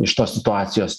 iš tos situacijos